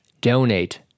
donate